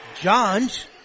Johns